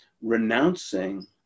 renouncing